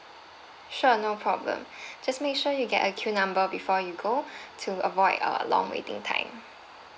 sure no problem just make sure you get a queue number before you go to avoid a long waiting time